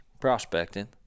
prospecting